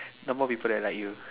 number of people that like you